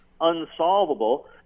unsolvable